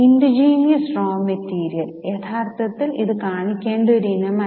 indigenous raw material യഥാർത്ഥത്തിൽ ഇത് കാണിക്കേണ്ട ഒരു ഇനമല്ല